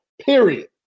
period